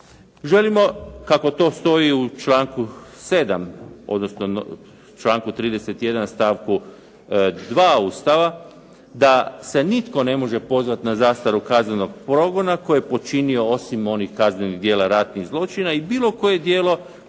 Želimo kako to stoji u članku 7. odnosno članku 31. stavku 2. Ustava, da se nitko ne može pozvati na zastaru kaznenog progona, koji je počinio osim onih kaznenih djela ratnih zločina i bilo koje djelo